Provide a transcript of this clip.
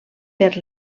per